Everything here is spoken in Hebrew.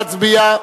נא להצביע.